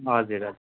हजुर हजुर